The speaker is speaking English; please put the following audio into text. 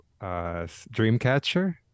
Dreamcatcher